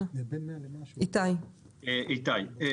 שעדיין צריך ניקוב.